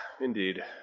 Indeed